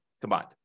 combined